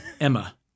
Emma